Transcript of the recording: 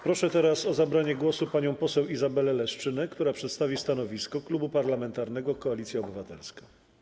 Proszę teraz o zabranie głosu panią poseł Izabelę Leszczynę, która przedstawi stanowisko Klubu Parlamentarnego Koalicja Obywatelska.